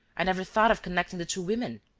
i never thought of connecting the two women!